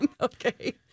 Okay